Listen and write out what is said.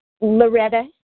Loretta